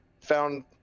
found